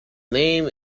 name